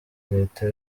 leta